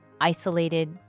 isolated